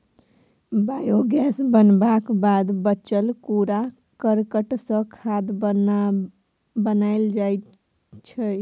biogas बनबाक बाद बचल कुरा करकट सँ खाद बनाएल जाइ छै